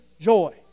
joy